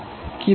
কিভাবে